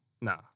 Nah